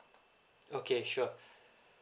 okay sure